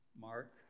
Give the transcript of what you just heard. Mark